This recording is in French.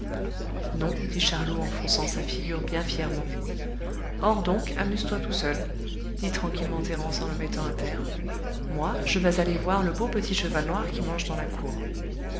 non dit charlot en fronçant sa figure bien fièrement or donc amuse-toi tout seul dit tranquillement thérence en le mettant à terre moi je vas aller voir le beau petit cheval noir qui mange dans la cour